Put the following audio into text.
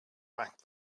packed